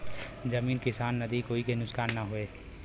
जमीन किसान नदी कोई के नुकसान न होये